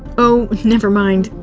oh. nevermind.